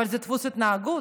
אבל זה דפוס התנהגות.